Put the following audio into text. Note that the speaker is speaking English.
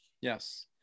Yes